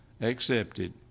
accepted